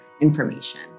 information